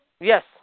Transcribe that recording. Yes